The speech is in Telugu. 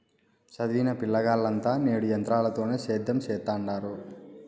సదివిన పిలగాల్లంతా నేడు ఎంత్రాలతోనే సేద్యం సెత్తండారు